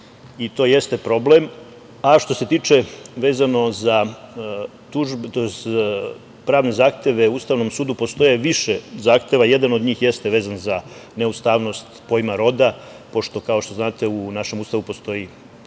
i to jeste problem. Vezano za pravne zahteve Ustavnom sudu, postoji više zahteva, jedan od njih jeste vezan za neustavnost pojma roda pošto, kao što znate, u našem Ustavu postoji